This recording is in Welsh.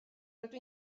rydw